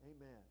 Amen